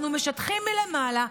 אנחנו משטחים מלמעלה.